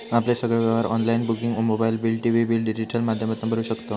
आपले सगळे व्यवहार online booking mobile bill, TV bill digital माध्यमातना भरू शकताव